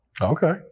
Okay